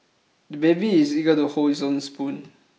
the baby is eager to hold his own spoon